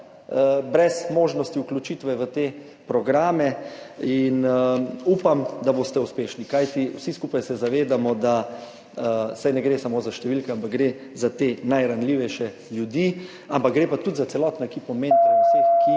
brez možnosti vključitve v te programe. Upam, da boste uspešni, kajti vsi skupaj se zavedamo, da saj ne gre samo za številke, ampak gre za te najranljivejše ljudi. Gre pa tudi za celotno ekipo mentorjev in vseh, ki